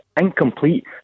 incomplete